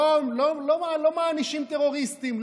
לא מענישים טרוריסטים,